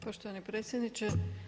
Poštovani predsjedniče.